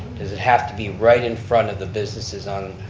does it have to be right in front of the businesses on